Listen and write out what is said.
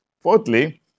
Fourthly